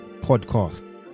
podcast